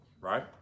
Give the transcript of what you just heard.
right